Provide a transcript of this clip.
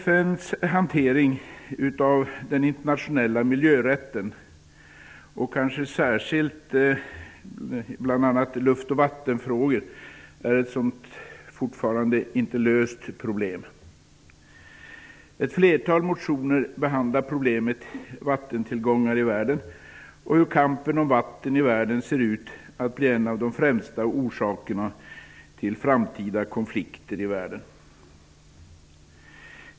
FN:s hantering av den internationella miljörätten och kanske särskilt hanteringen av luft och vattenfrågor är ett problem som fortfarande inte är löst. Ett flertal motioner behandlar problemet med vattentillgångar i världen. Manpåpekar att kampen om vatten ser ut att bli en av de främsta orsakerna till framtida konflikter i världen.